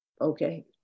okay